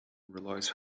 relies